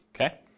okay